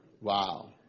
Wow